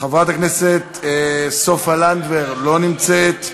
חברת הכנסת סופה לנדבר, לא נמצאת.